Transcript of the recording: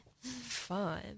fun